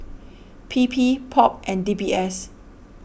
P P Pop and D B S